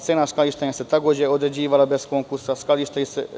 Cena skladištenja se takođe određivala bez konkursa.